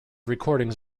recordings